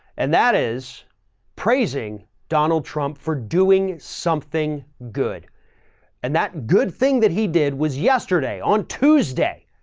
and that is praising donald trump for doing something good and that good thing that he did was yesterday on tuesday,